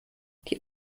die